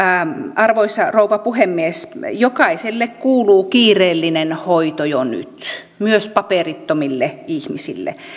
arvoisa rouva puhemies jokaiselle kuuluu kiireellinen hoito jo nyt myös paperittomille ihmisille